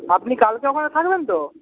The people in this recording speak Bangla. আপনি কালকে ওখানে থাকবেন তো